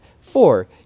Four